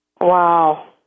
Wow